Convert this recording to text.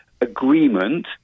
agreement